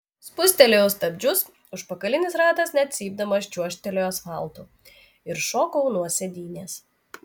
spustelėjau stabdžius užpakalinis ratas net cypdamas čiuožtelėjo asfaltu ir šokau nuo sėdynės